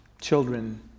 children